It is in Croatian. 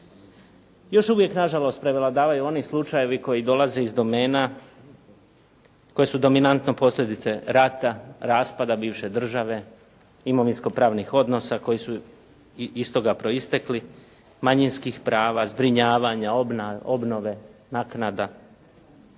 Još uvijek nažalost prevladavaju oni slučajevi koji dolaze iz domena koje su dominantno posljedice rata, raspada bivše države, imovinsko-pravnih odnosa koji su iz toga proistekli, manjinskih prava, zbrinjavanja, obnove, naknada.